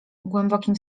głębokim